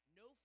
no